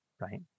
right